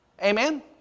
Amen